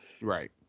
Right